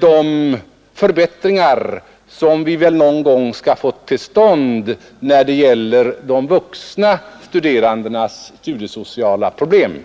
de förbättringar som vi väl någon gång skall få till stånd av de vuxna studerandenas studiesociala situation.